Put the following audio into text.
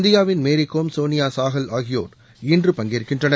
இந்தியாவின் மேரிகோம் சோனியா சாஹல் ஆகியோர் இன்று பங்கேற்கின்றனர்